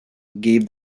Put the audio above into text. gave